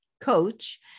coach